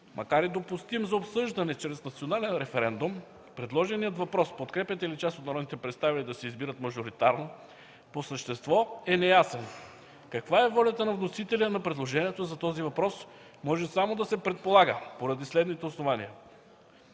Макар и допустим за обсъждане чрез национален референдум, предложеният въпрос „Подкрепяте ли част от народните представители да се избират мажоритарно?” по същество е неясен. Каква е волята на вносителя на предложението за този въпрос може само да се предполага поради следните основания: